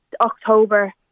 October